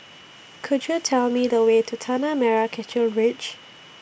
Could YOU Tell Me The Way to Tanah Merah Kechil Ridge